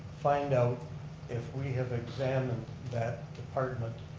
find out if we have examined that department